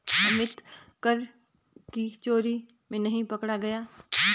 अमित कर की चोरी में नहीं पकड़ा गया